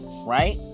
right